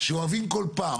שאוהבים כל פעם.